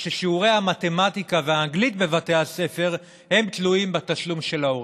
ששיעורי המתמטיקה והאנגלית בבתי הספר תלויים בתשלום של ההורים,